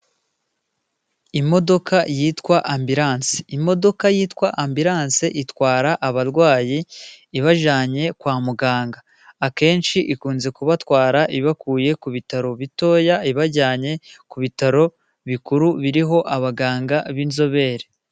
Imodoka yitwa ambilanse. Imodoka yitwa ambilanse itwara abarwayi ibajyanye kwa muganga. Akenshi ikunze kubatwara ibakuye ku bitaro bitoya ibajyanye ku bitaro bikuru biriho abaganga b'inzobere.